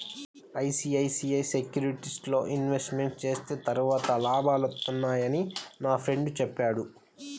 ICICI సెక్యూరిటీస్లో investment చేస్తే త్వరగా లాభాలొత్తన్నయ్యని మా ఫ్రెండు చెప్పాడు